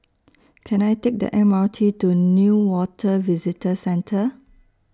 Can I Take The M R T to Newater Visitor Centre